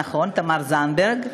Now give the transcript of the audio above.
תמר זנדברג,